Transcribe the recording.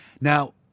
Now